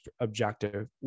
objective